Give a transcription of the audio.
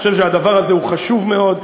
אני חושב שהדבר הזה הוא חשוב מאוד,